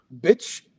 bitch